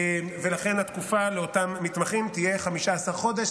ולכן התקופה לאותם מתמחים תהיה 15 חודש.